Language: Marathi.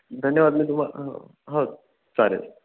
धन्यवाद मी तुमा हो चालेल